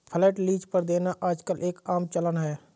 flat lease पर देना आजकल एक आम चलन है